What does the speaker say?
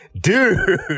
dude